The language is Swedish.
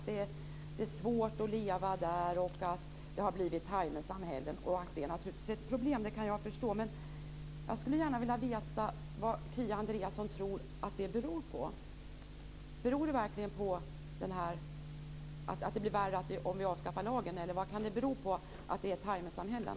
Det är svårt att leva där, det har blivit timersamhällen. Att det naturligtvis är ett problem kan jag förstå. Men jag skulle gärna vilja veta vad Kia Andreasson tror att det beror på. Beror det verkligen på att det blir värre om vi avskaffar lagen, eller vad kan det bero på att det är timersamhällen?